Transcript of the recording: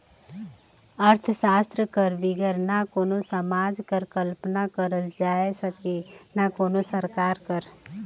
अर्थसास्त्र कर बिगर ना कोनो समाज कर कल्पना करल जाए सके ना कोनो सरकार कर